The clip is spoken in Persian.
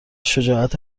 شجاعت